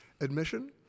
Admission